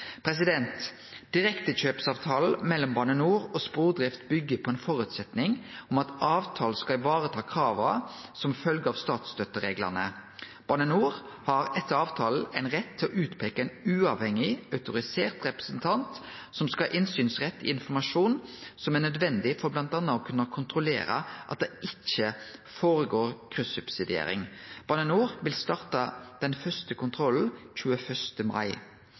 mellom Bane NOR og Spordrift byggjer på ein føresetnad om at avtalen skal vareta krava som følgje av statsstøttereglane. Bane NOR har etter avtalen ein rett til å peike ut ein uavhengig autorisert representant som skal ha innsynsrett i informasjon som er nødvendig for bl.a. å kunne kontrollere at det ikkje føregår kryssubsidiering. Bane NOR vil starte den første kontrollen 21. mai.